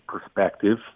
perspective